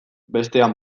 bestean